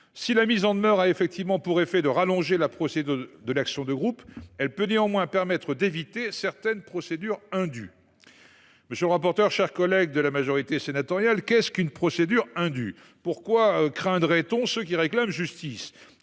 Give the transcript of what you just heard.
Si la mise en demeure a effectivement pour effet de rallonger la procédure de l’action de groupe, elle peut néanmoins permettre d’éviter certaines procédures indues. » Monsieur le rapporteur, chers collègues de la majorité sénatoriale, qu’est ce qu’une « procédure indue »? Pourquoi craindrait on ceux qui réclament justice ?